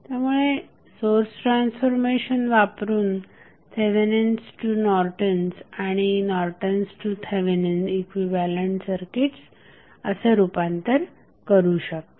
त्यामुळे source transformation वापरून Thevenin's to Norton's आणि Norton's to Thevenin's equivalent circuits असे रूपांतर करू शकता